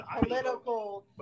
political